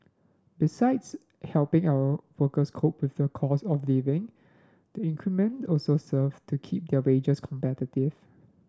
besides helping our workers cope with the cost of living the increment also serve to keep their wages competitive